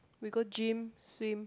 we go gym swim